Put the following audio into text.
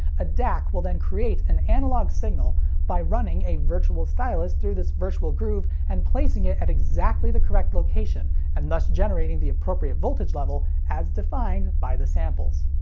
a dac will then create an analog signal by running a virtual stylus through this virtual groove and placing it at exactly the correct location and thus generating the appropriate voltage level as defined by the samples.